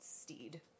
steed